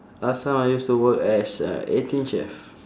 last time I used to work as a eighteen chef